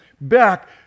back